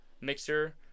Mixer